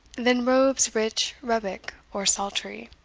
than robes rich, rebeck, or saltery.